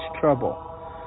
trouble